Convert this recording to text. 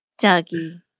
Dougie